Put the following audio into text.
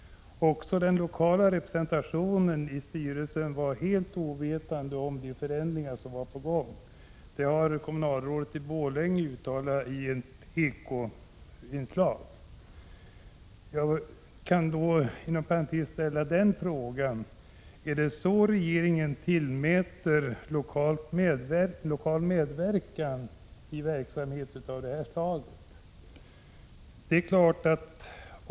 Också den lokala representationen i styrelsen var helt ovetande om de förändringar som var på gång. Det har kommunalrådet i Borlänge uttalat i ett Ekoinslag. Jag kan inom parentes ställa frågan: Är det så litet vikt regeringen tillmäter lokal medverkan i verksamhet av detta slag?